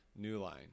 Newline